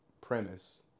premise